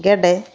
ᱜᱮᱰᱮ